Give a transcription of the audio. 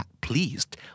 pleased